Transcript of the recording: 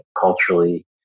culturally